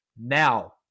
now